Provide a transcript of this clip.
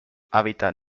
hábitat